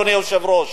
אדוני היושב-ראש.